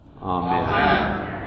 Amen